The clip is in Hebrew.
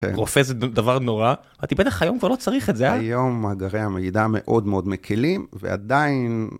רופא זה דבר נורא?, ואתה בטח היום כבר לא צריך את זה. היום מאגרי המידע מאוד מאוד מקלים, ועדיין...